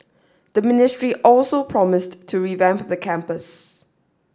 the ministry also promised to revamp the campus